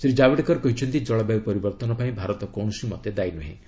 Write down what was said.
ଶ୍ରୀ କାଭେଡକର କହିଛନ୍ତି କଳବାୟୁ ପରିବର୍ତ୍ତନ ପାଇଁ ଭାରତ କୌଣସି ମତେ ଦାୟୀ ନୁହେଁ